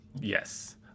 yes